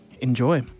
Enjoy